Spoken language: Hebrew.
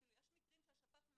אפילו יש מקרים שהשפ"ח,